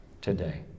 Today